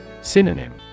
Synonym